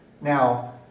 Now